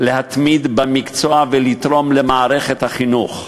להתמיד במקצוע ולתרום למערכת החינוך,